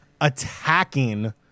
attacking